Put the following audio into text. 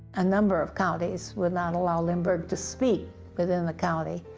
a number of counties would not allow members to speak within the county.